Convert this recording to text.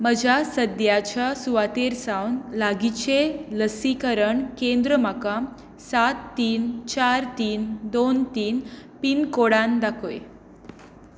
म्हज्या सद्याच्या सुवातेर सावन लागींचें लसीकरण केंद्र म्हाका सात तीन चार तीन दोन तीन पिनकोडांत दाखय